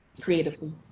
creatively